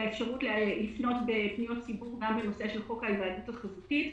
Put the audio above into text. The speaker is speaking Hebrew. לאפשר לפנות בפניות ציבור גם בנושא של חוק ההיוועדות החזותית.